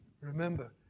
Remember